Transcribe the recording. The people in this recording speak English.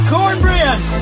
Cornbread